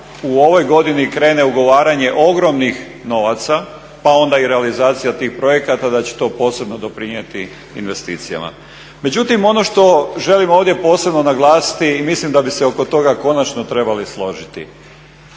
u ovoj godini krene ugovaranje ogromnih novaca pa onda i realizacija tih projekata, da će to posebno doprinijeti investicijama. Međutim, ono što želim ovdje posebno naglasiti i mislim da bi se oko toga konačno trebali složiti,